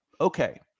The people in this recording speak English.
Okay